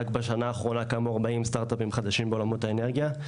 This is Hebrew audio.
רק בשנה האחרונה קמו 40 סטרטאפים חדשים בעולמות האנרגיה.